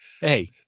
hey